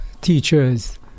teachers